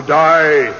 die